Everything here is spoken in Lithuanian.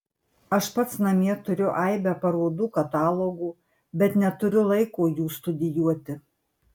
aš pats namie turiu aibę parodų katalogų bet neturiu laiko jų studijuoti